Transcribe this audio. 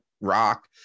rock